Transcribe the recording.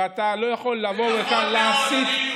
ואתה לא יכול לבוא לכאן ולהסית.